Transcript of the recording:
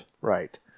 Right